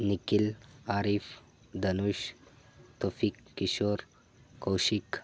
Nikhil Arif Dhanush Taufiq Kishore Kaushik